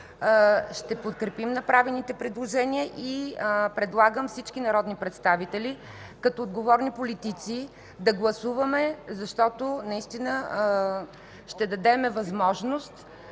ще подкрепим направените предложения. Предлагам всички народни представители, като отговорни политици да гласуваме, защото наистина ще дадем възможност